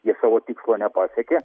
jie savo tikslo nepasiekė